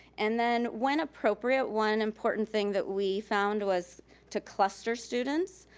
and then, when appropriate, one important thing that we found was to cluster students.